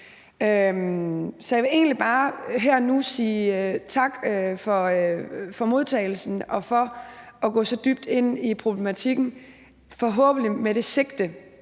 Så jeg vil egentlig bare her og nu sige tak for modtagelsen og for at gå så dybt ind i problematikken, forhåbentlig med det sigte,